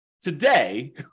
Today